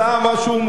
משהו מוזר.